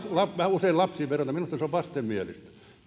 usein lapsiin vedoten minusta se on vastenmielistä